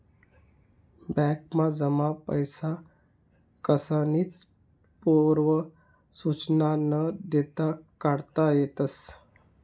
बॅकमा जमा पैसा कसानीच पूर्व सुचना न देता काढता येतस